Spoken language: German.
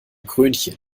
krönchen